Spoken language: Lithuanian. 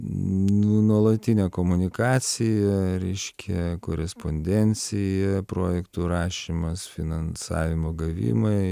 nu nuolatinė komunikacija reiškia korespondencija projektų rašymas finansavimo gavimai